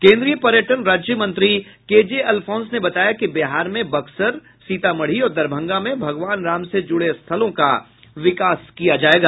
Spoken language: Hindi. केंद्रीय पर्यटन राज्य मंत्री को जे अल्फोंस ने बताया कि बिहार में बक्सर सीतामढ़ी और दरभंगा में भगवान राम से जुड़े स्थलों का विकास किया जायेगा